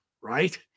Right